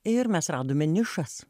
ir mes radome nišas